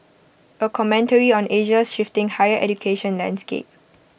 A commentary on Asia's shifting higher education landscape